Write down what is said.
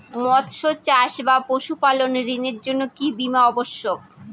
মৎস্য চাষ বা পশুপালন ঋণের জন্য কি বীমা অবশ্যক?